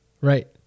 Right